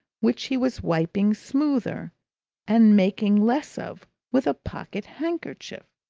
which he was wiping smoother and making less of with a pocket-handkerchief.